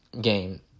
Game